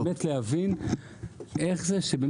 אני רוצה פעם אחת באמת להבין איך זה שיש